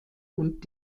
und